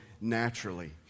naturally